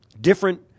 different